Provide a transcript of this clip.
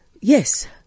Yes